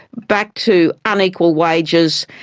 back to unequal wages.